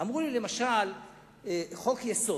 אמרו לי למשל חוק-יסוד,